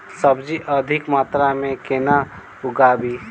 सब्जी अधिक मात्रा मे केना उगाबी?